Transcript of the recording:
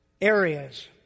areas